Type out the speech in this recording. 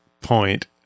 point